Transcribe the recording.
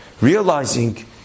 realizing